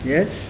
Yes